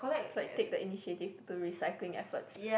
so I take the initiative to recycling efforts ah